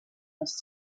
les